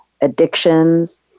addictions